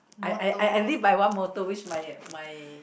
I I I I live by one moto which my my